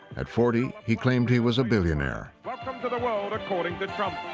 at forty, he claimed he was a billionaire. welcome to the world according to trump,